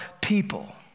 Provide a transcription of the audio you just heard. people